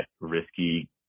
risky